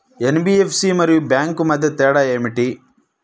NBFC మరియు bank మధ్య తేడా ఏమిటి?